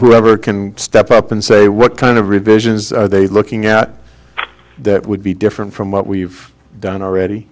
whoever can step up and say what kind of revisions are they looking at that would be different from what we've done already